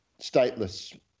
stateless